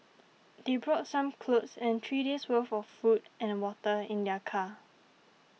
they brought some clothes and three days worth of food and water in their car